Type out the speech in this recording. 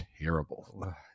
terrible